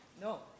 No